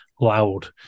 loud